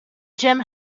jim